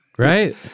Right